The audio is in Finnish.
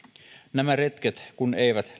nämä retket kun eivät